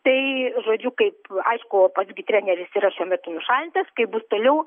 tai žodžiu kaip aišku pats gi treneris yra šiuo metu nušalintas kaip bus toliau